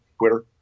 Twitter